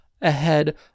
ahead